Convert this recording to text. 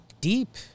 deep